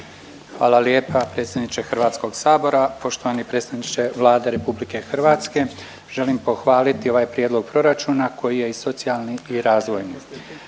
Hvala lijepa predsjedniče HS-a. Poštovani predsjedniče Vlade RH, želim pohvaliti ovaj prijedlog proračuna koji je i socijalni i razvojni.